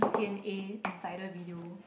C_N_A insider video